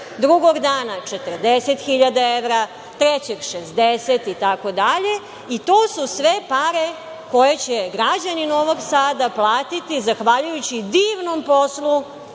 drugog dana 40.000, trećeg 60.000 itd, i to su sve pare koje će građani Novog Sada platiti zahvaljujući divnom poslu